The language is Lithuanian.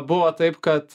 buvo taip kad